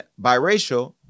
biracial